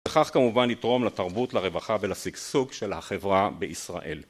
וכך כמובן לתרום לתרבות, לרווחה ולשגשוג של החברה בישראל.